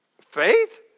faith